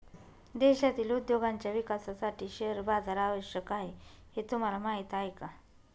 देशातील उद्योगांच्या विकासासाठी शेअर बाजार आवश्यक आहे हे तुम्हाला माहीत आहे का?